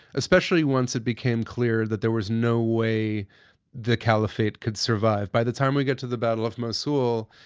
especially once it became clear that there was no way the caliphate could survive. by the time we get to the battle of mosul,